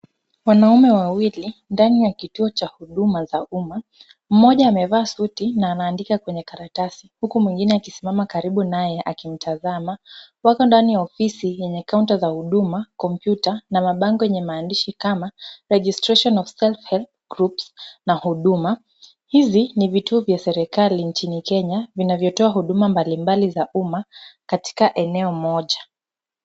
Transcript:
Wanaume wawili ndani ya kituo cha huduma za umma. Mmoja amevaa suti na anaandika kwenye karatasi huku mwingine akisimama karibu naye akimtazama. Wako ndani ya ofisi yenye kaunta za huduma, kompyuta na mabango yenye maandishi kama registration of self-help groups na huduma. Hizi ni vitu vya serikali nchini Kenya vinavyotoa huduma mbalimbali za umma katika eneo moja.